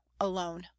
alone